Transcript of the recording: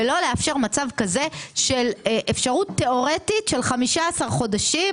ולא לאפשר מצב כזה של אפשרות תיאורטית של 15 חודשים.